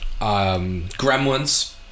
Gremlins